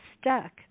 stuck